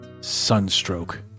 Sunstroke